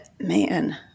man